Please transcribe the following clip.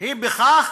היא בכך